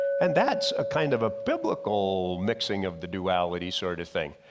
and that's a kind of a biblical mixing of the duality sort of thing.